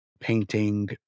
painting